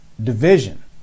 division